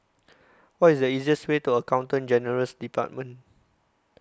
What IS The easiest Way to Accountant General's department